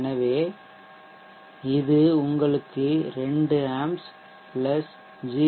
எனவே இது உங்களுக்கு 2 ஆம்ப்ஸ் 0